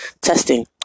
testing